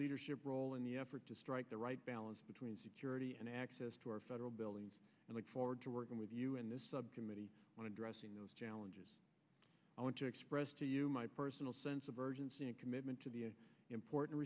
leadership role in the effort to strike the right balance between security and access to our federal buildings and look forward to working with you in this subcommittee on addressing those challenges i want to express to you my personal sense of urgency and commitment to the importan